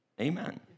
Amen